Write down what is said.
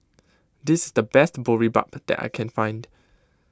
this is the best Boribap that I can find